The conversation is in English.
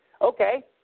Okay